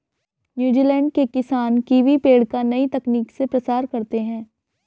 New Zealand के किसान kiwi पेड़ का नई तकनीक से प्रसार करते हैं